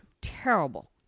Terrible